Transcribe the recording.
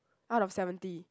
out of seventy